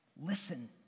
listen